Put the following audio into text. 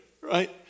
right